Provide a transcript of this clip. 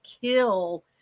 kill